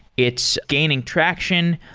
it's gaining traction.